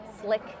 slick